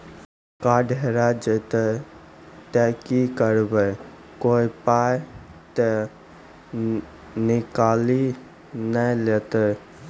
Card हेरा जइतै तऽ की करवै, कोय पाय तऽ निकालि नै लेतै?